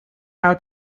how